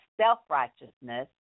self-righteousness